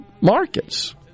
markets